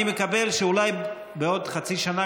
אני מקבל שאולי בעוד חצי שנה,